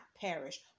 perish